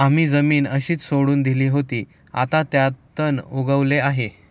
आम्ही जमीन अशीच सोडून दिली होती, आता त्यात तण उगवले आहे